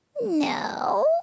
no